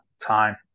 time